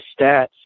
stats